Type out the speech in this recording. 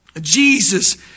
Jesus